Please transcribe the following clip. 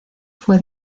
fue